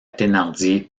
thénardier